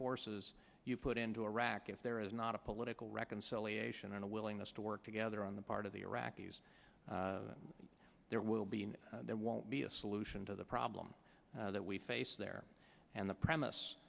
forces you put into iraq if there is not a political reckons the willingness to work together on the part of the iraqis there will be there won't be a solution to the problem that we face there and the premise